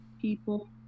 people